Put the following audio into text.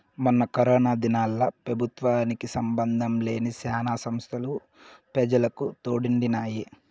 మొన్న కరోనా దినాల్ల పెబుత్వ సంబందం లేని శానా సంస్తలు పెజలకు తోడుండినాయి